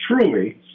truly